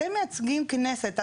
אתם מייצגים כנסת,